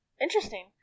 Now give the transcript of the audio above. Interesting